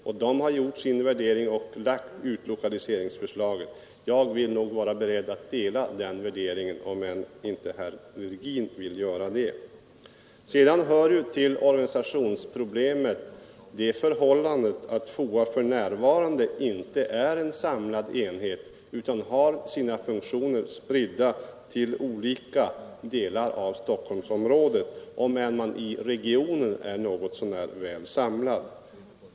Delegationen har då gjort sin värdering och framlagt utlokaliseringsförslaget. Jag är nog beredd att dela den värdering som då gjordes, även om inte herr Virgin vill göra det. Till organisationsproblemet hör sedan det förhållandet att FOA för närvarande inte är en samlad enhet utan har sina funktioner spridda till olika delar av Stockholmsområdet även om man i regionen är något så när väl samlad.